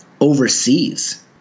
overseas